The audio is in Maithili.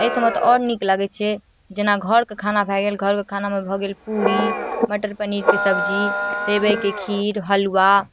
एहिसबमे तऽ आओर नीक लागै छै जेना घरके खाना भऽ गेल घरके खानामे भऽ गेल पूड़ी मटर पनीरके सब्जी सेवइके खीर हलुआ